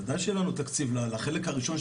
בוודאי שיהיה לנו תקציב לחלק הראשון,